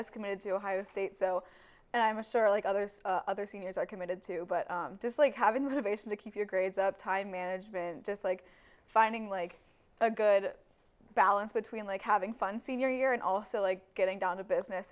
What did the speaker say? was committed to ohio state so and i'm sure like others other seniors are committed to but just like having the provision to keep your grades up time management just like finding like a good balance between like having fun senior year and also like getting down to business